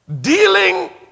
dealing